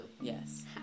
Yes